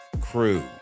crew